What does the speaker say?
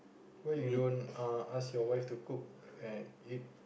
why you don't uh ask your wife to cook and eat